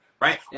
right